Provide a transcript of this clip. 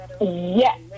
Yes